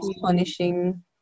punishing